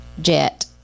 jet